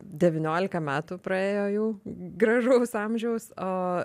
devyniolika metų praėjo jau gražaus amžiaus o